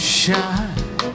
shine